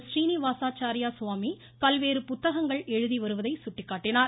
ஸீனிவாசாச்சாரிய சுவாமி பல்வேறு புத்தகங்கள் எழுதி வருவதை சுட்டிக்காட்டினார்